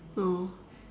oh